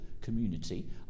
community